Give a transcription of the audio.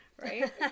right